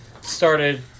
started